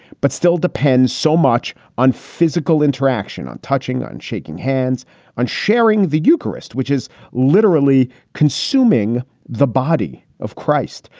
but still depends so much on physical interaction, on touching, on shaking hands and sharing the eucharist, which is literally consuming the body of christ.